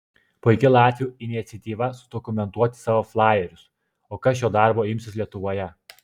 puiki latvių iniciatyva sudokumentuoti savo flajerius o kas šio darbo imsis lietuvoje